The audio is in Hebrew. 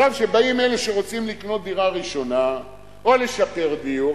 כשבאים אלה שרוצים לקנות דירה ראשונה או לשפר דיור,